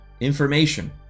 information